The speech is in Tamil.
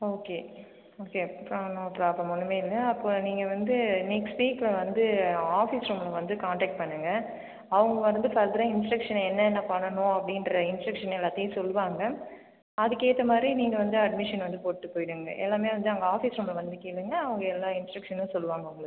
ஓகே ஓகே அப்புறம் நோ ப்ரோப்ளம் ஒன்றுமே இல்லை அப்போ நீங்கள் வந்து நெக்ஸ்ட் வீக்கில் வந்து ஆஃபீஸ் ரூமில் வந்து காண்டேக்ட் பண்ணுங்கள் அவங்க வந்து ஃபர்தராக இன்ஸ்ட்ரக்ஷன் என்னென்ன பண்ணணும் அப்படின்ற இன்ஸ்ட்ரக்ஷன் எல்லாத்தையும் சொல்வாங்க அதுக்கேற்ற மாதிரி நீங்கள் வந்து அட்மிஷன் வந்து போட்டு போய்விடுங்க எல்லாமே வந்து அங்க ஆஃபீஸ் ரூமில் வந்து கேளுங்கள் அவங்க எல்லா இன்ஸ்ட்ரக்ஷனும் சொல்வாங்க உங்களுக்கு